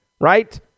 right